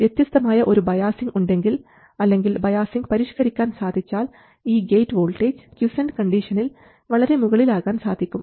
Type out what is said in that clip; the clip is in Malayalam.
വ്യത്യസ്തമായ ഒരു ബയാസിംഗ് ഉണ്ടെങ്കിൽ അല്ലെങ്കിൽ ബയാസിംഗ് പരിഷ്കരിക്കാൻ സാധിച്ചാൽ ഈ ഗേറ്റ് വോൾട്ടേജ് ക്വിസൻറ് കണ്ടീഷനിൽ വളരെ മുകളിൽ ആകാൻ സാധിക്കും